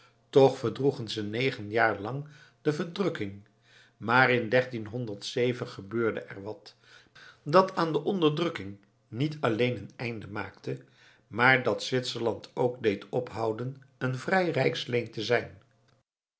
toch verdroegen ze negen jaar lang de verdrukking maar in gebeurde er wat dat aan de onderdrukking niet alleen een einde maakte maar dat zwitserland ook deed ophouden een vrij rijksleen te zijn